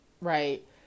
right